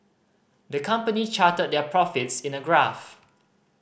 the company charted their profits in a graph